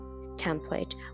template